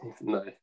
No